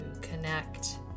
connect